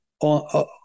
on